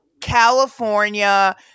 California